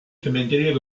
cementerio